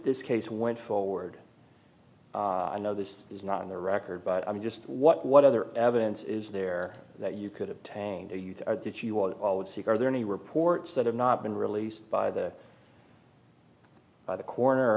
this case went forward i know this is not on the record but i'm just what what other evidence is there that you could obtain do you think are did you want all would seek are there any reports that have not been released by the by the corner or